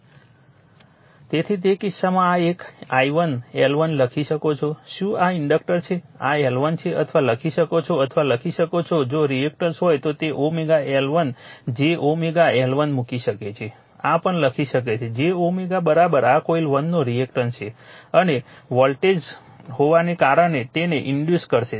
તેથી તે કિસ્સામાં આ એક i1 L1 લખી શકો છો શું આ ઇન્ડક્ટર છે આ L1 છે અથવા લખી શકો છો અથવા લખી શકો છો જો રિએક્ટન્સ હોય તો તે L1 j L1 મૂકી શકે છે આ પણ લખી શકે છે j આ કોઇલ 1 નો રિએક્ટન્સ છે અને વોલ્ટેજ હોવાને કારણે તેને ઇન્ડ્યુસ કરશે